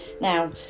now